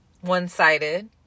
one-sided